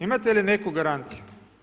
Imate li neku garanciju?